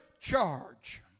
charge